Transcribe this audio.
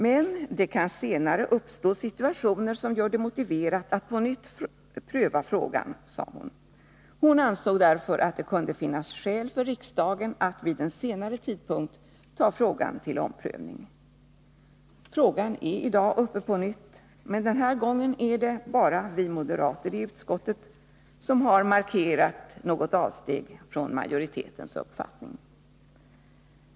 Men det kan senare uppstå situationer som gör det motiverat att på nytt pröva frågan, sade hon. Hon ansåg därför att det kunde finnas skäl för riksdagen att vid en senare tidpunkt ta frågan under omprövning. Frågan är i dag uppe på nytt, men den här gången är det bara vi moderater i utskottet som har markerat något avsteg från majoritetens uppfattning.